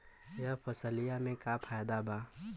यह फसलिया में का फायदा बा?